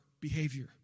behavior